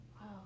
Wow